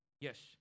Yes